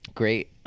Great